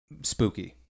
spooky